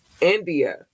india